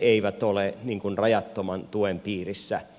ei ole rajattoman tuen piirissä